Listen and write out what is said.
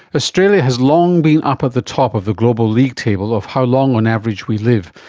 australia has long been up at the top of the global league table of how long on average we live,